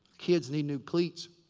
kids need new cleats.